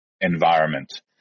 environment